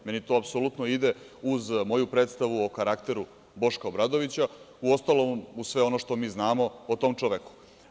Meni to apsolutno ide uz moju predstavu o karakteru Boška Obradovića, uostalom, uz sve ono što mi znamo o tom čoveku.